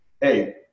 hey